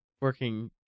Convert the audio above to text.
working